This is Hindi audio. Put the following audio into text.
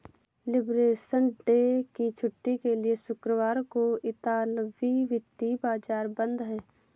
लिबरेशन डे की छुट्टी के लिए शुक्रवार को इतालवी वित्तीय बाजार बंद हैं